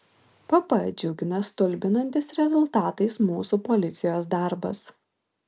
pp džiugina stulbinantis rezultatais mūsų policijos darbas